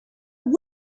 woot